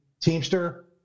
teamster